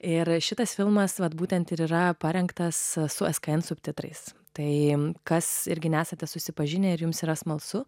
ir šitas filmas vat būtent ir yra parengtas su skn subtitrais tai kas irgi nesate susipažinę ir jums yra smalsu